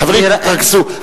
חברים, תתרכזו.